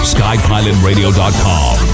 Skypilotradio.com